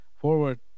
forward